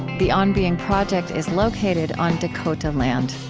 the on being project is located on dakota land.